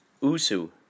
usu